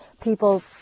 people